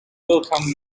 welcome